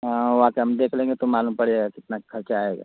हाँ वो आके हम देख लेंगे तो मालूम पड़ जाएगा कितना खर्चा आएगा